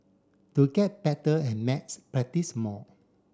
to get better at maths practise more